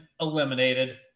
eliminated